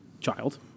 child